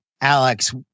Alex